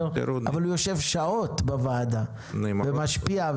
אבל הוא יושב שעות בוועדה ומשפיע,